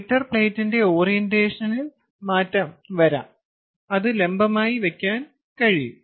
splitter പ്ലേറ്റിന്റെ ഓറിയന്റേഷനിൽ മാറ്റം വരാം അത് ലംബമായി വക്കാൻ കഴിയും